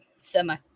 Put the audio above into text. semi